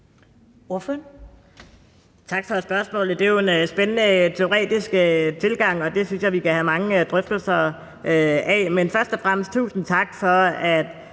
Tak for spørgsmålet. Det er jo en spændende teoretisk tilgang, og det synes jeg vi kan have mange drøftelser af. Men først og fremmest tusind tak for at